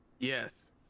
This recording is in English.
Yes